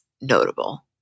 notable